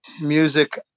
music